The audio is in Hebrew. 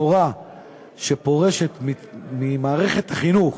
מורה שפורשת ממערכת חינוך